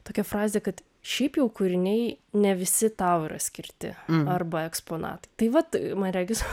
tokia frazė kad šiaip jau kūriniai ne visi tau yra skirti arba eksponatai tai vat man regis